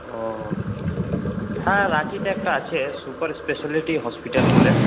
ও হ্যাঁ রাঁচিতে একটা আছে সুপার স্পেশালিটি হসপিটাল বলে